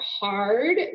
hard